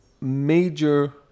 major